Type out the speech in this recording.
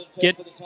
get